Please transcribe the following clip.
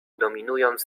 dominując